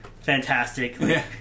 fantastic